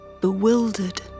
bewildered